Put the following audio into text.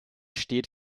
steht